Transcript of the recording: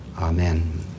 Amen